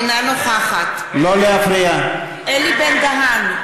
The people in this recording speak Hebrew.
אינה נוכחת אלי בן-דהן,